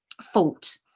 fault